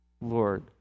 Lord